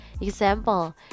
Example